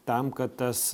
tam kad tas